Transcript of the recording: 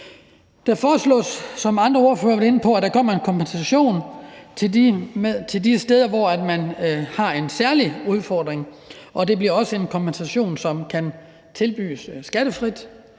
været inde på, at der gives en kompensation til de steder, hvor man har en særlig udfordring. Det bliver en kompensation, som kan tilbydes skattefrit,